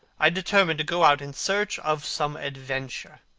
i determined to go out in search of some adventure.